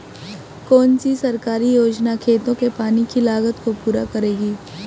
कौन सी सरकारी योजना खेतों के पानी की लागत को पूरा करेगी?